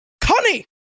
Connie